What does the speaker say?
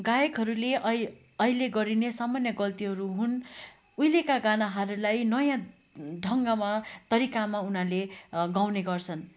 गायकहरूले ऐ अहिले गरिने सामन्य गल्तीहरू हुन् उहिलेका गानाहरूलाई नयाँ ढङ्गमा तरिकामा उनीहरूले गाउने गर्छन्